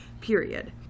period